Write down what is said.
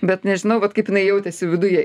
bet nežinau vat kaip jinai jautėsi viduje